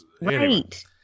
Right